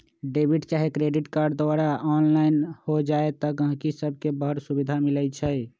debit चाहे credit card द्वारा online हो जाय से गहकि सभके बड़ सुभिधा मिलइ छै